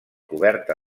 coberta